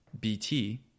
bt